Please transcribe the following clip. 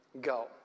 go